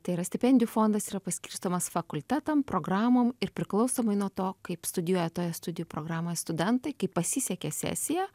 tai yra stipendijų fondas yra paskirstomas fakultetam programom ir priklausomai nuo to kaip studijuoja toje studijų programoje studentai kaip pasisekė sesija